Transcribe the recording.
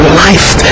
life